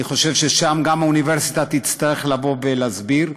אני חושב ששם גם האוניברסיטה תצטרך לבוא ולהסביר.